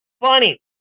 funny